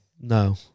No